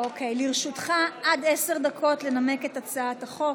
לרשותך עד עשר דקות לנמק את הצעת החוק.